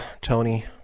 Tony